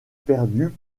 perdue